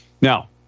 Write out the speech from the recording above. Now